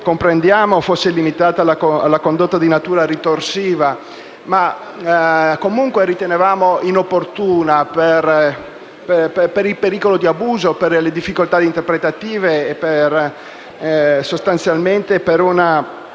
fosse limitata alla condotta di natura ritorsiva, ma che comunque riteniamo inopportuna per il pericolo di abuso, per le difficoltà interpretative e, sostanzialmente, per